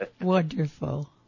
Wonderful